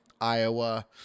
Iowa